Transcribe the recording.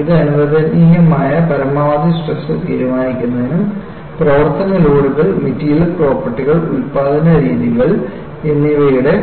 ഇത് അനുവദനീയമായ പരമാവധി സ്ട്രെസ് തീരുമാനിക്കുന്നതിനും പ്രവർത്തന ലോഡുകൾ മെറ്റീരിയൽ പ്രോപ്പർട്ടികൾ ഉൽപാദന രീതികൾ എന്നിവയുടെ